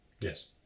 Yes